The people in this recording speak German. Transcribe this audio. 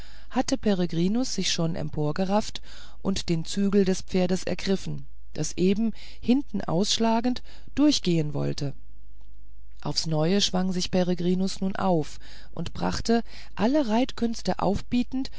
hatte peregrinus sich schon emporgerafft und den zügel des pferdes ergriffen das eben hinten ausschlagend durchgehen wollte aufs neue schwang sich peregrinus nun auf und brachte alle reiterkünste aufbietend